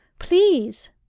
please!